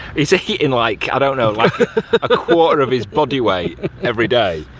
he's a hitting like, i don't know, like a quarter of his body weight every day,